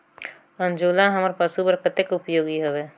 अंजोला हमर पशु बर कतेक उपयोगी हवे?